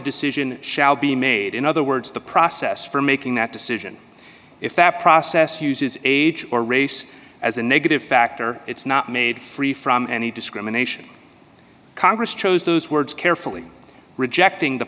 decision shall be made in other words the process for making that decision if that process uses age or race as a negative factor it's not made free from any discrimination congress chose those words carefully rejecting the